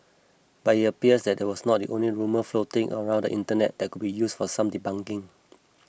but it appears that was not the only rumour floating around the Internet that could use for some debunking